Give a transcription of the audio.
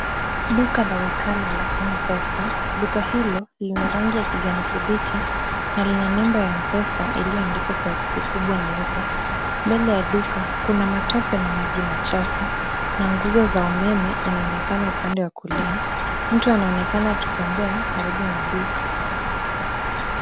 Duka la wakala la MPESA. Duka hilo lina rangi ya kijani kibichi na lina nembo ya MPESA iliyoandikwa kwa herufi kubwa nyeupe. Mbele ya duka kuna matope na maji machafu na nguzo za umeme inaonekana upande wa kulia. Mtu anaonekana akitembea karibu na duka.